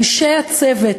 אנשי הצוות,